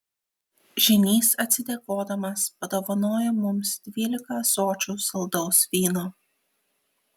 žynys atsidėkodamas padovanojo mums dvylika ąsočių saldaus vyno